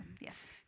yes